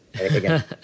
again